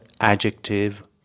adjective